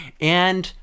and-